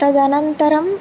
तदनन्तरम्